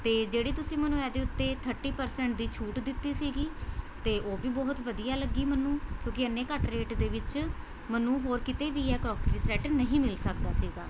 ਅਤੇ ਜਿਹੜੀ ਤੁਸੀਂ ਮੈਨੂੰ ਇਹ ਦੇ ਉੱਤੇ ਥਰਟੀ ਪ੍ਰਸੈਂਟ ਦੀ ਛੂਟ ਦਿੱਤੀ ਸੀਗੀ ਅਤੇ ਉਹ ਵੀ ਬਹੁਤ ਵਧੀਆ ਲੱਗੀ ਮੈਨੂੰ ਕਿਉਂਕਿ ਇੰਨੇ ਘੱਟ ਰੇਟ ਦੇ ਵਿੱਚ ਮੈਨੂੰ ਹੋਰ ਕਿਤੇ ਵੀ ਇਹ ਕਰੌਕਰੀ ਸੈੱਟ ਨਹੀਂ ਮਿਲ ਸਕਦਾ ਸੀਗਾ